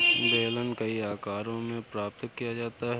बेलन कई आकारों में प्राप्त किया जाता है